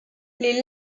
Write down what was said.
les